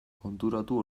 konturatu